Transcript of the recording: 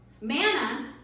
Manna